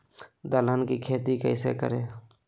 दलहन की खेती कैसे करें?